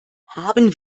haben